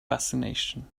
fascination